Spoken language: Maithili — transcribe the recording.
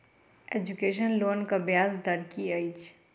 एजुकेसन लोनक ब्याज दर की अछि?